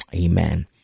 Amen